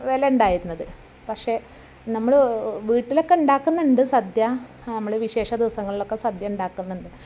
വിലയുണ്ടായിരുന്നത് പക്ഷെ നമ്മൾ വീട്ടിലൊക്കെ ഉണ്ടാക്കുന്നുണ്ട് സദ്യ നമ്മൾ വിശേഷ ദിവസങ്ങളിലൊക്കെ സദ്യ ഉണ്ടാക്കുന്നുണ്ട്